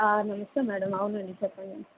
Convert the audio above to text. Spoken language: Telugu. నమస్తే మేడం అవునండి చెప్పండి